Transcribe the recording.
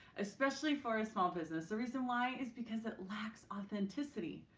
especially for a small business the reason why, is because it lacks authenticity.